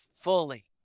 fully